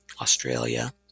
Australia